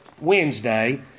Wednesday